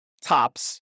tops